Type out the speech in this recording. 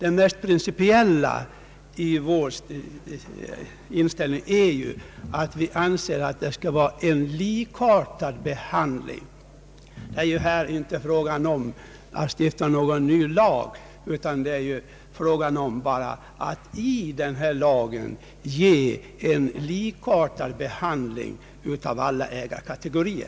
Vår principiella inställning är att alla ägarkategorier skall behandlas lika. Det är alltså här inte fråga om att stifta någon ny lag, utan om att få till stånd en likartad behandling av alla ägarkategorier.